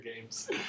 Games